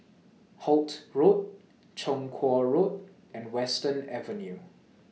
Holt Road Chong Kuo Road and Western Avenue